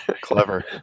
Clever